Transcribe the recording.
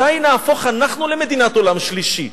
מתי נהפוך אנחנו למדינת עולם שלישי?